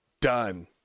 done